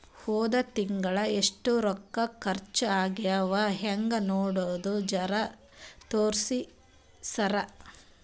ಹೊದ ತಿಂಗಳ ಎಷ್ಟ ರೊಕ್ಕ ಖರ್ಚಾ ಆಗ್ಯಾವ ಹೆಂಗ ನೋಡದು ಜರಾ ತೋರ್ಸಿ ಸರಾ?